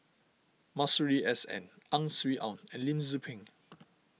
Masuri S N Ang Swee Aun and Lim Tze Peng